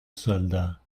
soldat